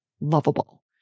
lovable